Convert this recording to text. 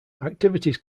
activities